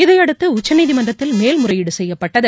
இதையடுத்து உச்சநீதிமன்றத்தில் மேல்முறையீடு செய்யப்பட்டது